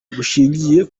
bushingiye